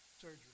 surgery